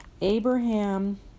Abraham